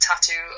Tattoo